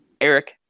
Eric